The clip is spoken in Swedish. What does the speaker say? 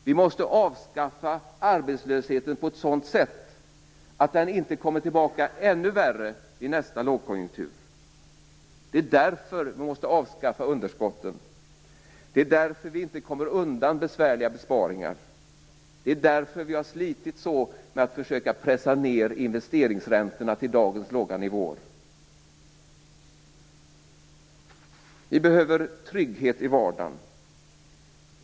Vi måste avskaffa arbetslösheten på ett sådant sätt att den inte kommer tillbaka och blir ännu värre vid nästa lågkonjunktur. Det är därför vi måste avskaffa underskotten. Det är därför vi inte kommer undan besvärliga besparingar. Det är därför vi har slitit så med att försöka pressa ned investeringsräntorna till dagens låga nivåer. Vi behöver trygghet i vardagen.